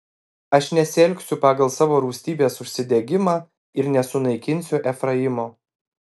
aš nesielgsiu pagal savo rūstybės užsidegimą ir nesunaikinsiu efraimo